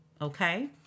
okay